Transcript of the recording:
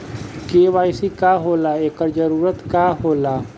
KYC का होला एकर जरूरत का होला?